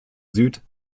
süd